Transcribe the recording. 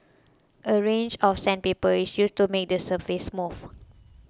a range of sandpaper is used to make the surface smooth